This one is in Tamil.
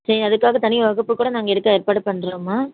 சரி அதுக்காக தனி வகுப்பு கூட நாங்கள் எடுக்க ஏற்பாடு பண்ணுறோம்மா